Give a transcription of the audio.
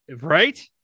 Right